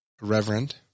Reverend